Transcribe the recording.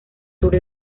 tour